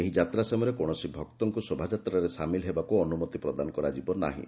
ଏହି ଯାତ୍ରା ସମୟରେ କୌଣସି ଭକ୍ତକୁ ଶୋଭାଯାତ୍ରାରେ ସାମିଲ ହେବାକୁ ଅନୁମତି ପ୍ରଦାନ କରାଯିବ ନାହିଁ